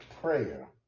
Prayer